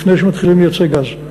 לפני שמתחילים לייצא גז.